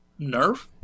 Nerf